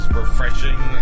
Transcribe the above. refreshing